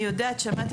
שמעתי